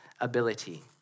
ability